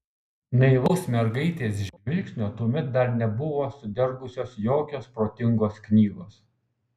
naivaus mergaitės žvilgsnio tuomet dar nebuvo sudergusios jokios protingos knygos